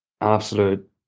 absolute